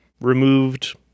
removed